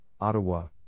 Ottawa